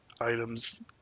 items